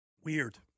Weird